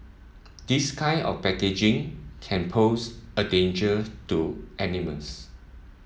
this kind of packaging can pose a danger to animals